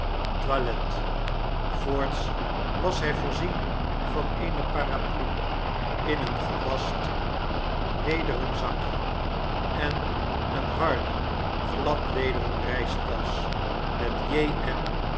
voorts was hy voorzien van eene paraplu in een gewast lederen zakje en eene harde gladlederen reistasch met j m